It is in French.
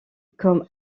comme